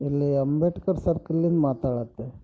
ಇಲ್ಲಿ ಅಂಬೇಡ್ಕರ್ ಸರ್ಕಲಿಂದ ಮಾತಾಡ್ಲತ್ತೆ